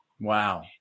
Wow